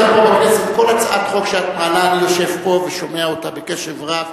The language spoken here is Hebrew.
כל הצעת חוק שאת מעלה אני יושב כאן ושומע בקשב רב.